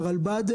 והרלב"ד,